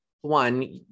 one